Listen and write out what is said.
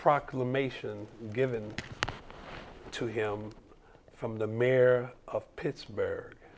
proclamation given to him from the mayor of pittsburgh